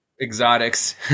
exotics